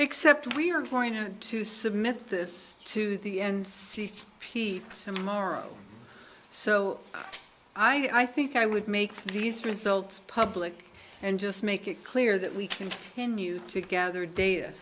except we are going to submit this to the n c p to morrow so i think i would make these results public and just make it clear that we continue to gather data